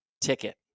ticket